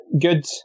good